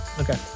okay